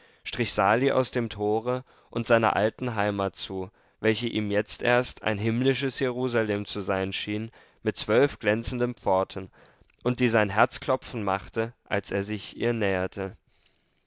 strich sali aus dem tore und seiner alten heimat zu welche ihm jetzt erst ein himmlisches jerusalem zu sein schien mit zwölf glänzenden pforten und die sein herz klopfen machte als er sich ihr näherte